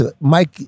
Mike